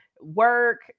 work